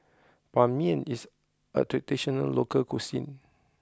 Ban Mian is a traditional local cuisine